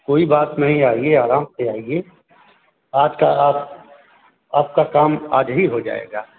कोई बात नहीं आइये आराम से आइये आज कल आप आपका काम आज ही हो जायेगा